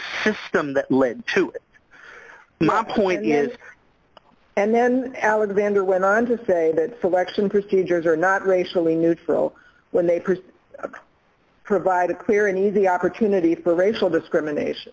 system that led to my point and then alexander went on to say that the lection cricketers are not racially neutral when they provide a clear and the opportunity for racial discrimination